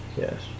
Yes